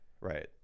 right